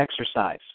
exercise